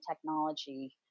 technology